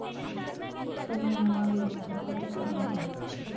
आपण नियमाविरुद्ध कृती करू नये